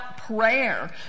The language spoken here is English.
Prayer